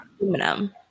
Aluminum